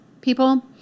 people